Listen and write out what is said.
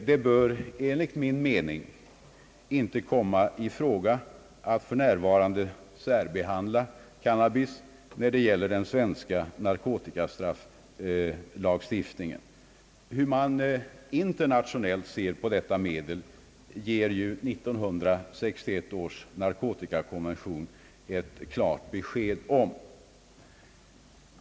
Det bör enligt min mening inte komma i fråga att för närvarande särbehandla cannabis när det gäller den svenska narkotikastrafflagstiftningen. Hur man internationellt ser på detta medel ger ju 1961 års narkotikakonventionen ett klart besked om.